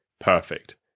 perfect